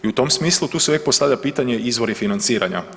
I u tom smislu tu se uvijek postavlja pitanje izvori financiranja.